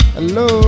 Hello